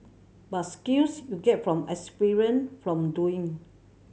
but skills you get from from doing